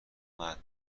مرد